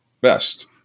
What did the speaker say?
best